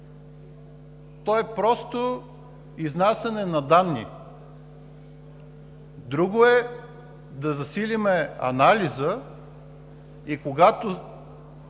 той е просто изнасяне на данни. Друго е да засилим анализа и когато